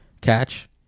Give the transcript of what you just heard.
catch